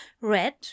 Red